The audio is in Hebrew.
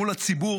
מול הציבור,